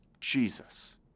Jesus